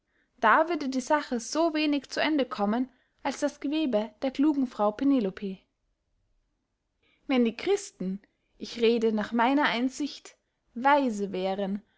da würde die sache so wenig zu ende kommen als das gewebe der klugen frau penelope wenn die christen ich rede nach meiner einsicht weise wären